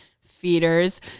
feeders